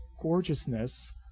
gorgeousness